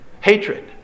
Hatred